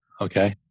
Okay